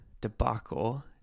debacle